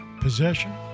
possession